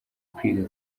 kwiga